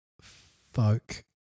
folk